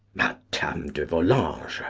madame de volanges,